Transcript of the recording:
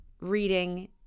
Reading